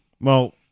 Well-